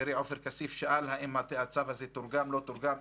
חברי עופר כסיף שאל האם הצו הזה תורגם, לא תורגם?